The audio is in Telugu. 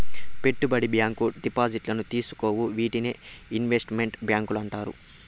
పెట్టుబడి బ్యాంకు డిపాజిట్లను తీసుకోవు వీటినే ఇన్వెస్ట్ మెంట్ బ్యాంకులు అంటారు